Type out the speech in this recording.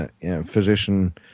physician